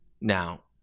now